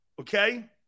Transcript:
okay